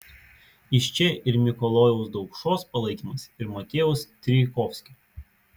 iš čia ir mikalojaus daukšos palaikymas ir motiejaus strijkovskio